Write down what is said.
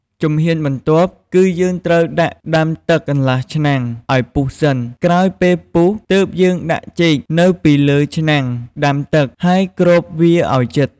ជំហានបន្ទាប់គឺយើ់ងត្រូវដាក់ដាំទឹកកន្លះឆ្នាំងឱ្យពុះសិន ក្រោយពេលពុះទើបយើងដាក់ចេកនៅពីលើឆ្នាំងដាំទឹក ហើយគ្របវាឱ្យជិត។